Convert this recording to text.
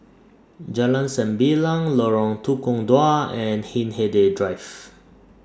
Jalan Sembilang Lorong Tukang Dua and Hindhede Drive